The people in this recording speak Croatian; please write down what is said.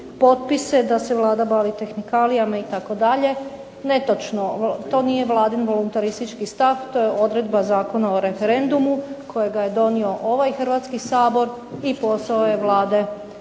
potpise, da se Vlada bavi tehnikalijama itd. Netočno, to nije Vladin voluntaristički stav to je odredba Zakona o referendumu kojega je donio ovaj Hrvatski sabor i posao je Vlade